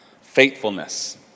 faithfulness